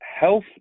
health